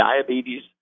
diabetes